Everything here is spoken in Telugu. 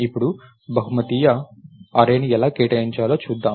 ఇప్పుడు బహుమితీయ అర్రేని ఎలా కేటాయించాలో చూద్దాం